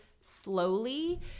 slowly